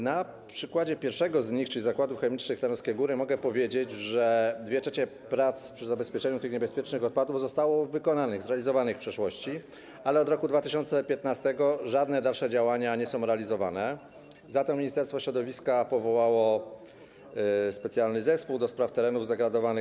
Na przykładzie pierwszego z nich, czyli Zakładów Chemicznych Tarnowskie Góry, mogę powiedzieć, że 2/3 prac przy zabezpieczeniu tych niebezpiecznych odpadów zostało już wykonanych, zrealizowanych w przeszłości, ale od roku 2015 żadne dalsze działania nie są realizowane, za to Ministerstwo Środowiska powołało specjalny zespół do spraw terenów zdegradowanych.